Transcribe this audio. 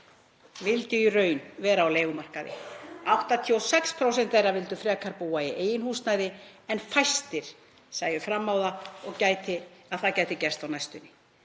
vildu í raun vera á leigumarkaði og 86% þeirra vildu frekar búa í eigin húsnæði en fæstir sæju fram á að það gæti gerst á næstunni.